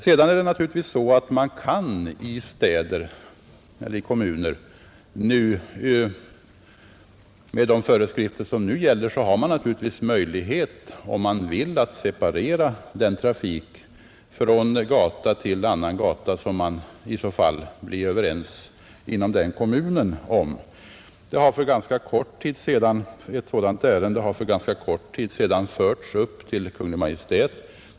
Med de föreskrifter som nu gäller har man naturligtvis i städer — eller kommuner — möjlighet att om man så vill separera trafiken från en gata till en annan gata som man i så fall får komma överens om inom den kommunen. Ett sådant ärende har för ganska kort tid sedan förts upp till Kungl. Maj:t.